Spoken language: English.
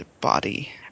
body